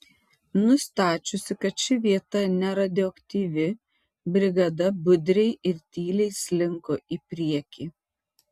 nustačiusi kad ši vieta neradioaktyvi brigada budriai ir tyliai slinko į priekį